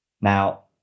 now